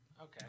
Okay